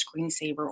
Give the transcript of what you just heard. screensaver